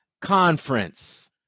conference